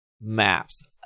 maps